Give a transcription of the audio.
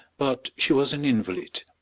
but she was an invalid.